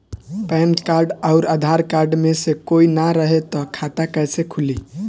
Pan card आउर Aadhaar card मे से कोई ना रहे त खाता कैसे खुली?